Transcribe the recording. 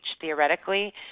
theoretically